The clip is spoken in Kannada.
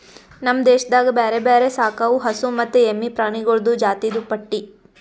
ನಮ್ ದೇಶದಾಗ್ ಬ್ಯಾರೆ ಬ್ಯಾರೆ ಸಾಕವು ಹಸು ಮತ್ತ ಎಮ್ಮಿ ಪ್ರಾಣಿಗೊಳ್ದು ಜಾತಿದು ಪಟ್ಟಿ